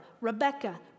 Rebecca